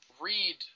read